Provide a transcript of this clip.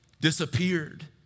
disappeared